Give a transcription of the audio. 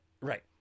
Right